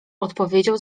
odpowiedział